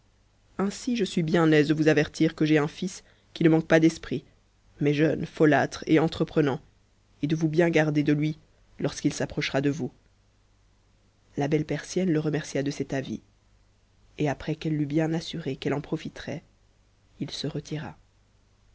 ainsi je suis bmo aise de vous avertir que j'ai un fils qui ne manque pas d'esprit mais jeune folâtre et entreprenant et de vous bien garder de lui lorsqu'il s a pubhé par ttrncct bourdir et oump chct'a de vous la belle persienne te remercia de cet avis et après eftc l'eut bien assure qu'elle en profiterait il se retira